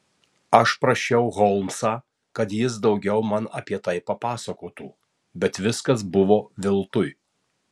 aš prašiau holmsą kad jis daugiau man apie tai papasakotų bet viskas buvo veltui